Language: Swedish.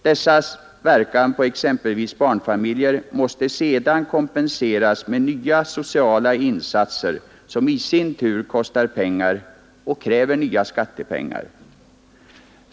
Dessas verkan på exempelvis barnfamiljer måste sedan kompenseras med nya sociala insatser, som i sin tur kostar pengar och kräver nya skattepengar.